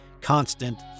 constant